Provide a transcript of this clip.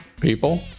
people